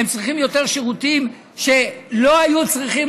הם צריכים יותר שירותים שלא היו צריכים